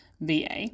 VA